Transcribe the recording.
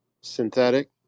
synthetic